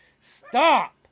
Stop